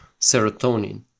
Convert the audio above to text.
serotonin